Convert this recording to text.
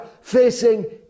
facing